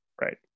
Right